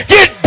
Get